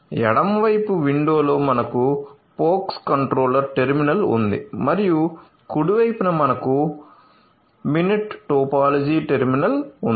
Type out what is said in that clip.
ఎడమ వైపు విండోలో మనకు పోక్స్ కంట్రోలర్ టెర్మినల్ ఉంది మరియు కుడి వైపున మనకు మినెట్ టోపోలాజీ టెర్మినల్ ఉంది